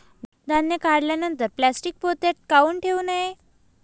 धान्य काढल्यानंतर प्लॅस्टीक पोत्यात काऊन ठेवू नये?